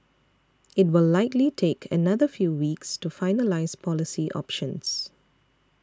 it will likely take another few weeks to finalise policy options